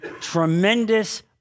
tremendous